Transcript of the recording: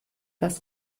was